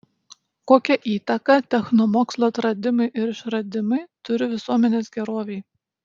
kokią įtaką technomokslo atradimai ir išradimai turi visuomenės gerovei